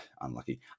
unlucky